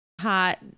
Hot